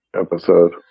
episode